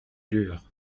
lurent